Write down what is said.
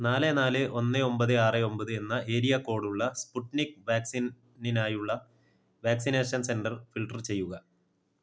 നാല് നാല് ഒന്ന് ഒമ്പത് ആറ് ഒമ്പത് എന്ന ഏരിയ കോഡുള്ള സ്പുട്നിക് വാക്സിനിനായുള്ള വാക്സിനേഷൻ സെൻ്റർ ഫിൽട്ടർ ചെയ്യുക